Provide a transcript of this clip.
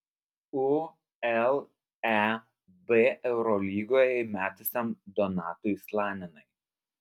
uleb eurolygoje įmetusiam donatui slaninai